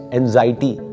anxiety